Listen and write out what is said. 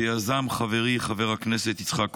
שיזם חברי חבר הכנסת יצחק קרויזר.